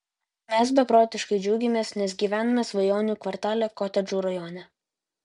mes beprotiškai džiaugiamės nes gyvename svajonių kvartale kotedžų rajone